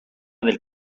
del